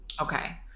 okay